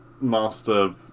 Master